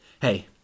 Hey